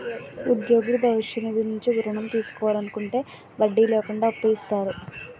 ఉద్యోగులు భవిష్య నిధి నుంచి ఋణం తీసుకోవాలనుకుంటే వడ్డీ లేకుండా అప్పు ఇస్తారు